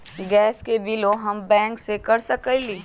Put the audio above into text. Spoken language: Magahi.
गैस के बिलों हम बैंक से कैसे कर सकली?